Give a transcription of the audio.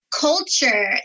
culture